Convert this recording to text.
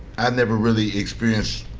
i never really experienced